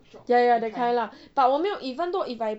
ya ya ya that kind lah but 我没有 even though if I